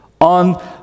on